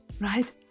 Right